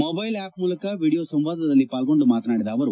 mobile app ಮೂಲಕ video ಸಂವಾದದಲ್ಲಿ ಪಾಲ್ಗೊಂಡು ಮಾತನಾಡಿದ ಅವರು